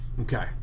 Okay